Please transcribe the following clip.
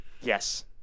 Yes